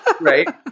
right